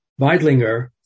Weidlinger